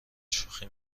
شوخی